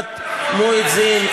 הפעלת מואזין,